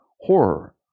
horror